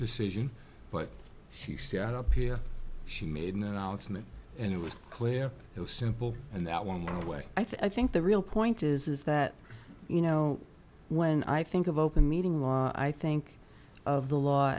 decision but you see i don't hear she made an announcement and it was clear it was simple and that one way i think the real point is is that you know when i think of open meeting law i think of the law